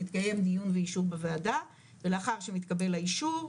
מתקיים דיון ואישור בוועדה ולאחר שמתקבל האישור,